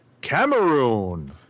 Cameroon